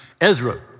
Ezra